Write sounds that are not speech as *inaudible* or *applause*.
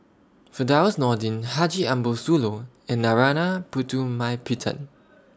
Firdaus Nordin Haji Ambo Sooloh and Narana Putumaippittan *noise*